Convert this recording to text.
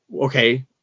okay